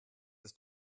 ist